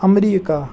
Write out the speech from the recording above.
America